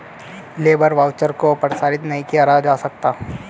labour voucher को प्रसारित नहीं करा जा सकता